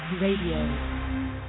Radio